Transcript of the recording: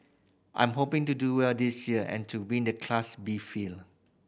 I'm hoping to do well this year and to win the Class B field